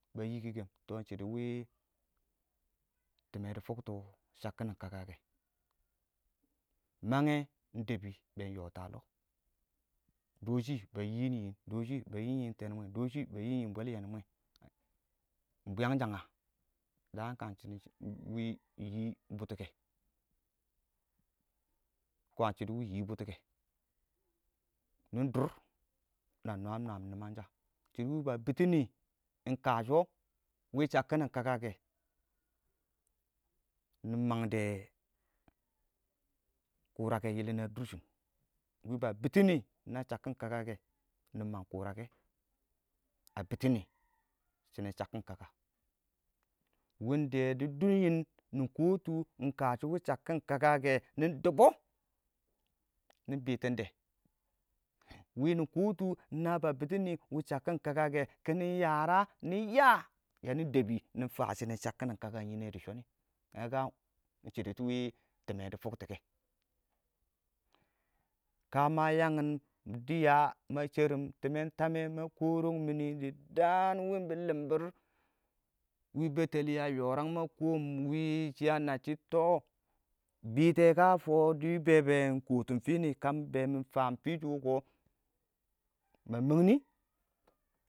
ba yii kikəm tɔ iɪng shɪidɛ wɪ, timmedi tʊktɔ shabkin kaka kɛ mangngɛ ingdɛbi been yɔtɛ a lɔ dɔshɪ ba yiim yiim dɔshɪ ba yiim yii bwɛl yenmwe iɪng bwiyanshaga? Nɪ daan kwaan wɪɪn yii bʊtskɛ kwaan shɪidɛ wɪɪn yii bʊtɔkɛ nɪ durr na nwaam nwaam nimangsha wɪɪn shabkin kakakɛ nɪ mangdɛ kʊrakɛ yɪlɪn nwatɔn durshɪn wɪɪn ba bitɛ nɪ wɪɪn shabkin kakakɛ nɪ mnag kɔrakɛ a bitɔ nɪ shinin shabkin kaka winda dɪ dub yɪn nɪ kɔɔtʊ win kashɔ wɪɪn shabkin kaka kiɪn dibɔ nɪ bitinde wini kɔɔtʊ na shabkin kaka kiɪnɪ yara nɪ yaa yani dəbi nɪ faa shɪ shonɪ iɪng shɪidɛ wɪɪn tumme dɪ fʊktɔ kɛ kə yangin dɪya ma sherim timmen tamɛ ma kɔɔr5ng mɪ dɪ daan winbi limbir wɪɪn b5təli a yɔrang ma kɔɔm wi shi anabshi to bite ka fodi bee-bee kɔɔtin lini kəm bɛɛ kɔɔtin fini kəm bɛɛ mɪ faam fisha kɔ ma mang nɪ?